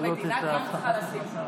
גם המדינה צריכה לשים.